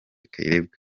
kayirebwa